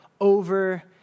over